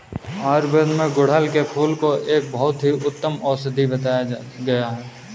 आयुर्वेद में गुड़हल के फूल को एक बहुत ही उत्तम औषधि बताया गया है